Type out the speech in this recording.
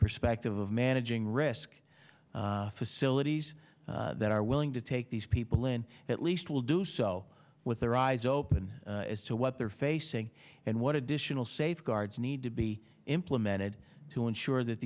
perspective of managing risk facilities that are willing to take these people and at least will do so with their eyes open as to what they're facing and what additional safeguards need to be implemented to ensure that